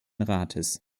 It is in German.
rates